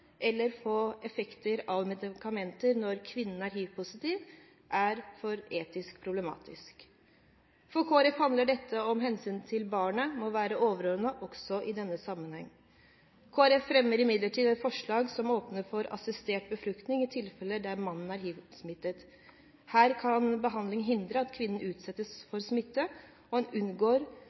eller får effekter av medikamenter når kvinnen er hivpositiv, er for etisk problematisk. For Kristelig Folkeparti handler dette om at hensynet til barnet må være overordnet også i denne sammenheng. Kristelig Folkeparti fremmer imidlertid et forslag som åpner for assistert befruktning i tilfeller der mannen er hivsmittet. Her kan behandling hindre at kvinnen utsettes for smitte. En unngår